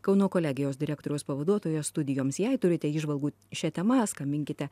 kauno kolegijos direktoriaus pavaduotojas studijoms jei turite įžvalgų šia tema skambinkite